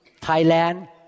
Thailand